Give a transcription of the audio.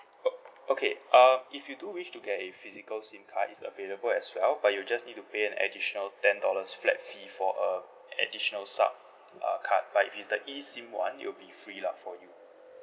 ok~ okay uh if you do wish to get a physical SIM card it's available as well but you just need to pay an additional ten dollars flat fee for a additional sub uh card but if it's the eSIM [one] it'll be free lah for you